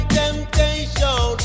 temptation